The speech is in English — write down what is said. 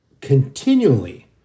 Continually